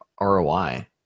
ROI